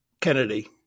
Kennedy